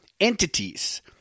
entities